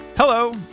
Hello